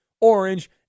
orange